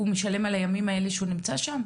הוא משלם על הימים האלה שהוא נמצא שם?